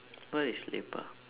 what is lepak